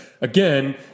again